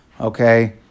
Okay